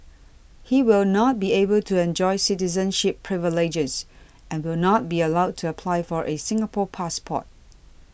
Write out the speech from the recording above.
he will not be able to enjoy citizenship privileges and will not be allowed to apply for a Singapore passport